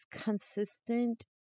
consistent